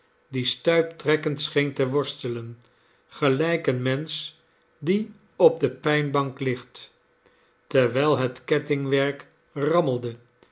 die stuiptrekkend scheen te worstelen gelijk een mensch die op de pijnbank ligt terwijl het kettingwerk rammelde